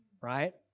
right